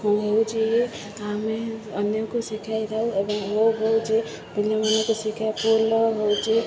ହେଉଛି ଆମେ ଅନ୍ୟକୁ ଶିଖାଇଥାଉ ଏବଂ ହ ହଉଛି ପିଲାମାନଙ୍କୁ ଶିଖା ଫୁଲ ହଉଛି